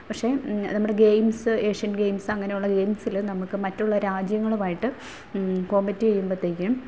പക്ഷേ നമ്മുടെ games Asian games അങ്ങനെയുള്ള ഗെയിംസിൽ നമുക്ക് മറ്റുള്ള രാജ്യങ്ങളുമായിട്ട് കോംപീറ്റ് ചെയ്യുമ്പോഴത്തേക്കും